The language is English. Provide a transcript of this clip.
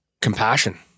compassion